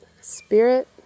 spirit